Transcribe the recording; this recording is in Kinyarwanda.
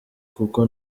kuko